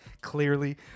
clearly